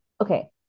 okay